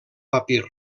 papir